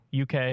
UK